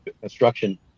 construction